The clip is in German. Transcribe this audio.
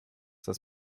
das